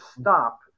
stop